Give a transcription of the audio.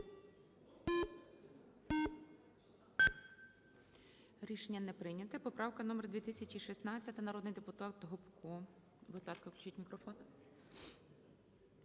Рішення не прийнято. Поправка номер 3816, народний депутат Гопко. Будь ласка, включіть мікрофон.